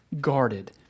guarded